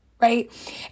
right